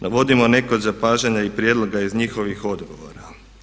Navodimo neka od zapažanja i prijedloga iz njihovih odgovora.